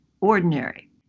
ordinary